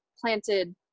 planted